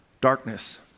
Darkness